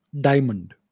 diamond